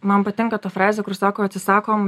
man patinka ta frazė kur sako atsisakom